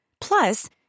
Plus